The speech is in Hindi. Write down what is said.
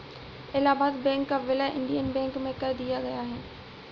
इलाहबाद बैंक का विलय इंडियन बैंक में कर दिया गया है